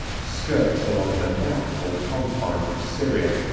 skirts along the doubtful confine of syria,